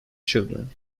children